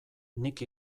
nik